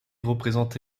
représente